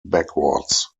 backwards